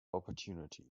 opportunity